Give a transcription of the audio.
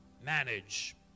manage